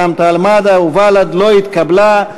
רע"ם-תע"ל-מד"ע ובל"ד לא התקבלה.